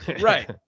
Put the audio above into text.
right